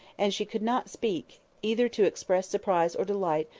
and she could not speak, either to express surprise or delight,